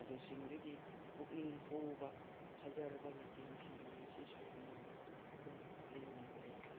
ꯑꯗꯨꯁꯤꯡꯗꯨꯒꯤ ꯄꯨꯛꯅꯤꯡ ꯍꯨꯕ ꯐꯖꯔꯕ ꯂꯩꯇꯦꯡꯁꯤꯡꯗꯨꯅ ꯉꯁꯤꯁꯨ ꯊꯃꯣꯏꯗ ꯑꯗꯨꯝ ꯂꯦꯡꯗꯅ ꯂꯩꯔꯤ